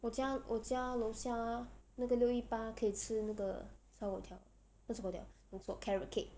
我家我家楼下 ah 那个六一八可以吃那个炒粿条不是粿条讲错 carrot cake